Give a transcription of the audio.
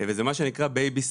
וזה מה שנקרא baby steps.